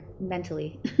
mentally